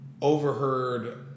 overheard